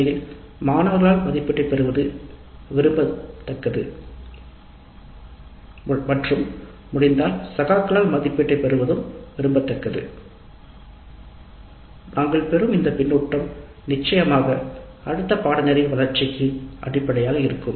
உண்மையில் மாணவர்களால் மதிப்பீட்டை பெறுவது விரும்பத்தக்கது மற்றும் முடிந்தால் சகாக்களால் மதிப்பீட்டை பெறுவது விரும்பத்தக்கது நாங்கள் பெறும் இந்த கருத்து நிச்சயமாக வளர்ச்சிக்கு அடிப்படையாக இருக்கும்